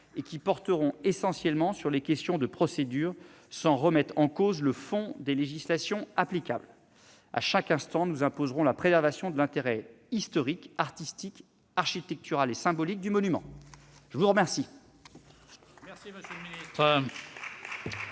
qui porteront essentiellement sur des questions de procédure, sans remettre en cause le fond des législations applicables. À chaque instant, nous imposerons la préservation de l'intérêt historique, artistique, architectural et symbolique du monument. La parole